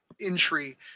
entry